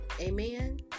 Amen